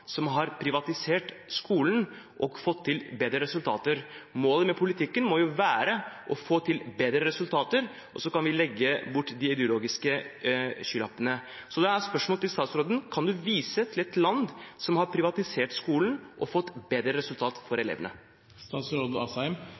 som har privatisert skolen og fått til bedre resultater. Målet med politikken må jo være å få til bedre resultater, og så kan vi legge bort de ideologiske skylappene. Da er spørsmålet til statsråden: Kan han vise til et land som har privatisert skolen og fått bedre resultater for